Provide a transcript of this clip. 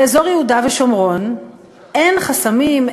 באזור יהודה ושומרון אין חסמים,